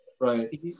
Right